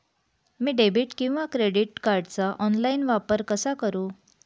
मी debit किंवा credit कार्डचा online वापर कसा करु?